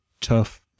tough